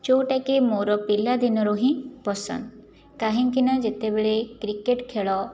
ଯେଉଁଟାକି ମୋର ପିଲାଦିନରୁ ହିଁ ପସନ୍ଦ କାହିଁକି ନା ଯେତେବେଳେ କ୍ରିକେଟ ଖେଳ